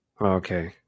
Okay